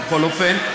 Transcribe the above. בכל אופן: